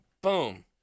Boom